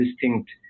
distinct